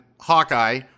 Hawkeye